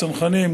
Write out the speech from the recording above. צנחנים,